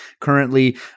currently